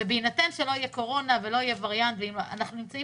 ובהינתן שלא תהיה קורונה ולא יהיה וריאנט אנחנו נמצאים